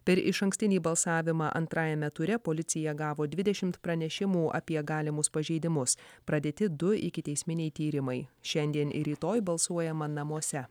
per išankstinį balsavimą antrajame ture policija gavo dvidešim pranešimų apie galimus pažeidimus pradėti du ikiteisminiai tyrimai šiandien ir rytoj balsuojama namuose